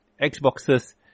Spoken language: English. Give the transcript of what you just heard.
Xboxes